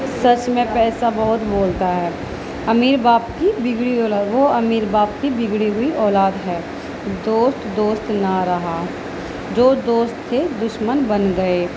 سچ میں پیسہ بہت بولتا ہے امیر باپ کی بگڑی اولاد وہ امیر باپ کی بگڑی ہوئی اولاد ہے دوست دوست نا رہا جو دوست کہ دشمن بن گئے